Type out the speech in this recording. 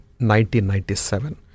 1997